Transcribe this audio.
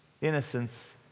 innocence